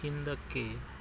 ಹಿಂದಕ್ಕೆ